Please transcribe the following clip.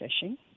fishing